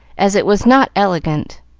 as it was not elegant,